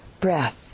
breath